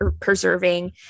preserving